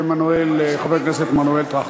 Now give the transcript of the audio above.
חבר הכנסת מנואל טרכטנברג.